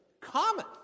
common